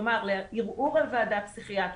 ערעור על ועדה פסיכיאטרית,